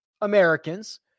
Americans